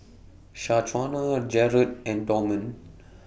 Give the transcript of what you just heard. Shaquana Jarrod and Dorman